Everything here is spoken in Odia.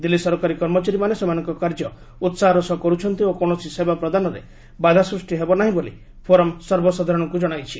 ଦିଲ୍ଲୀ ସରକାରୀ କର୍ମଚାରୀମାନେ ସେମାନଙ୍କ କାର୍ଯ୍ୟ ଉତ୍ପାହର ସହ କର୍ରଛନ୍ତି ଓ କୌଣସି ସେବା ପ୍ରଦାନରେ ବାଧା ସୃଷ୍ଟି ହେବ ନାହିଁ ବୋଲି ଫୋରମ୍ ସର୍ବସାଧାରଣଙ୍କୁ ଜଣାଇଛି